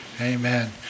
amen